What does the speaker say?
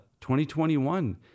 2021